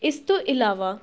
ਇਸ ਤੋਂ ਇਲਾਵਾ